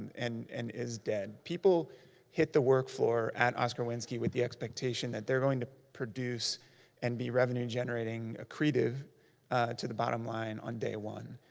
and and is dead. people hit the work floor at oscar winski with the expectation that they're going to produce and be revenue-generating accretive to the bottom line on day one.